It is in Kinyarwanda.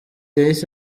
yahise